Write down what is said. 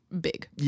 big